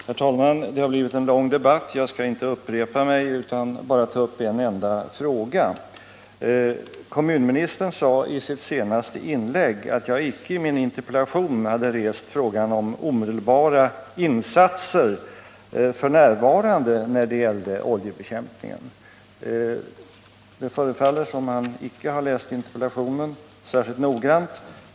Herr talman! Det har blivit en lång debatt. Jag skall inte upprepa mig utan bara ta upp en enda fråga. Kommunministern sade i sitt senaste inlägg att jag icke i min interpellation hade rest frågan om omedelbara insatser f. n. när det gällde oljebekämpningen. Det förefaller som om han icke har läst interpellationen särskilt noggrant.